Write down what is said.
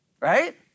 Right